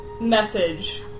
message